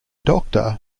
doctor